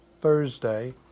Thursday